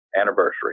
anniversary